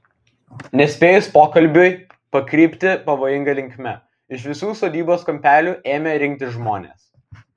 nespėjus pokalbiui pakrypti pavojinga linkme iš visų sodybos kampelių ėmė rinktis žmonės